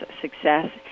success